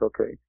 okay